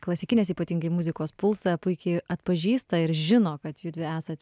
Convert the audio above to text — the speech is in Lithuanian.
klasikinės ypatingai muzikos pulsą puikiai atpažįsta ir žino kad judvi esat